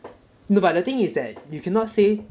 no but the thing is that you cannot say